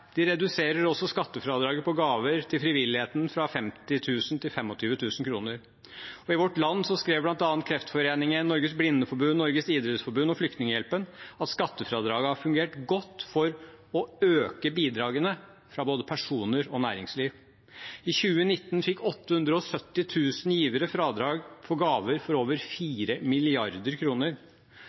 De reduserer også skattefradraget på gaver til frivilligheten fra 50 000 kr til 25 000 kr. I Vårt Land skrev bl.a. Kreftforeningen, Norges Blindeforbund, Norges idrettsforbund og Flyktninghjelpen at skattefradraget har fungert godt for å øke bidragene fra både personer og næringsliv. I 2019 fikk 870 000 givere fradrag for gaver for over